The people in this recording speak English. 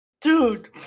dude